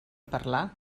parlar